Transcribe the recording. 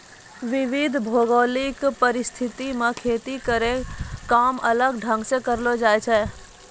विविध भौगोलिक परिस्थिति म खेती केरो काम अलग ढंग सें करलो जाय छै